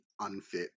unfit